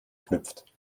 knüpft